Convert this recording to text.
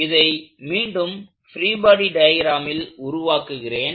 இதை மீண்டும் free body டயக்ராமில் உருவாக்குகிறேன்